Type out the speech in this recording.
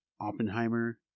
Oppenheimer